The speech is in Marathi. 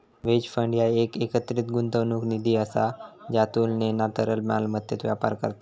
हेज फंड ह्या एक एकत्रित गुंतवणूक निधी असा ज्या तुलनेना तरल मालमत्तेत व्यापार करता